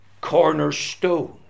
cornerstone